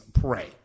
pray